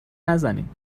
نزنین